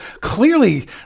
Clearly